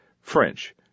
French